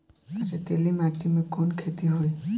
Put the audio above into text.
रेतीली माटी में कवन खेती होई?